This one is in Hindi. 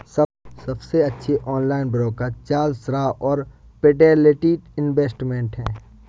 सबसे अच्छे ऑनलाइन ब्रोकर चार्ल्स श्वाब और फिडेलिटी इन्वेस्टमेंट हैं